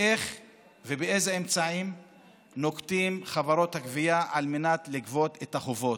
ואילו אמצעים נוקטות חברות הגבייה על מנת לגבות את החובות.